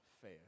fair